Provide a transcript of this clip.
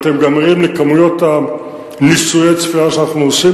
אתם גם ערים לכמויות ניסויי הצפירה שאנחנו עושים